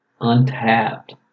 untapped